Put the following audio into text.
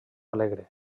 alegre